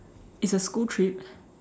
it's a school trip